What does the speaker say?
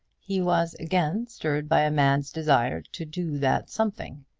he was again stirred by a man's desire to do that something.